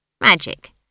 magic